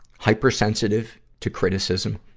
hypersensitive to criticism,